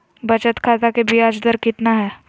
बचत खाता के बियाज दर कितना है?